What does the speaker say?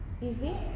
easy